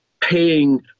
paying